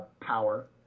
power